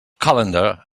calendar